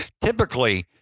Typically